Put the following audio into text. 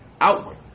Outward